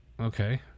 okay